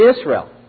Israel